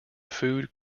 food